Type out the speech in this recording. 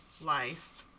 life